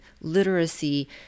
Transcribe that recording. literacy